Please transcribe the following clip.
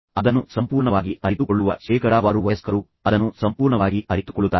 ಅದನ್ನು ಸಂಪೂರ್ಣವಾಗಿ ಅರಿತುಕೊಳ್ಳುವ ಶೇಕಡಾವಾರು ವಯಸ್ಕರು ಅದನ್ನು ಸಂಪೂರ್ಣವಾಗಿ ಅರಿತುಕೊಳ್ಳುತ್ತಾರೆ